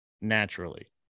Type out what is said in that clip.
naturally